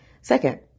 Second